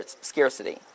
scarcity